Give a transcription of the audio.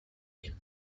him